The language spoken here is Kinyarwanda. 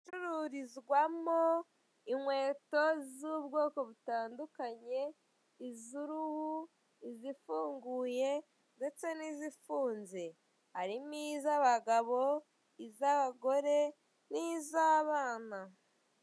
Icururizwamo inkweto z'ubwoko butandukanye, iz'uruhu, izifunguye ndetse n'izifunze. Harimo iz'abagabo, iz'abagore, n'iz'abana.